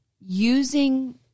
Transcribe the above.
using